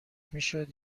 میشد